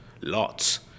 lots